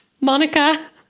Monica